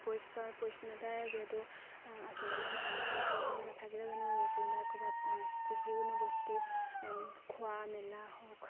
পৰিষ্কাৰ পৰিচ্ছন্নতাৰে যিহেতু আচল কথা আৰু পৰিষ্কাৰ পৰিচ্ছন্নতা নাথাকিলে জানো কোনোবাই ক'ৰবাত সৃষ্টি যিকোনো বস্তু খোৱা মেলা হওক